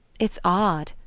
it's odd,